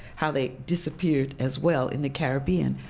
how they disappeared as well in the caribbean.